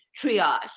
triage